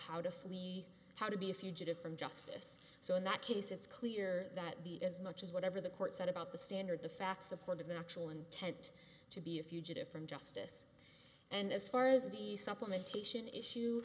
how to flee how to be a fugitive from justice so in that case it's clear that the as much as whatever the court said about the standard the fact supported the actual intent to be a fugitive from justice and as far as the supplementation issue